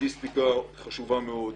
לוגיסטיקה חשובה מאוד,